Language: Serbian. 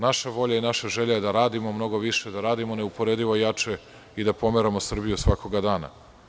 Naša volja i naša želja je da radimo mnogo više, da radimo neuporedivo jače i da pomeramo Srbiju svakoga dana.